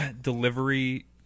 delivery